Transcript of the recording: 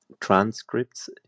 transcripts